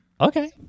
Okay